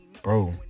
Bro